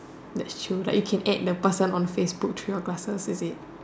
that's true like you can add the person on Facebook through your glasses is it